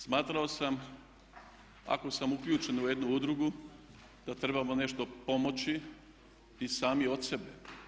Smatrao sam ako sam uključen u jednu udrugu, da trebamo nešto pomoći i sami od sebe.